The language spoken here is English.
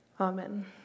Amen